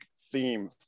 theme